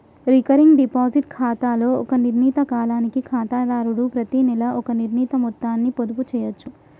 recurring deposit ఖాతాలో ఒక నిర్ణీత కాలానికి ఖాతాదారుడు ప్రతినెలా ఒక నిర్ణీత మొత్తాన్ని పొదుపు చేయచ్చు